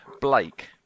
Blake